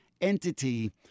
entity